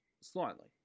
Slightly